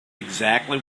exactly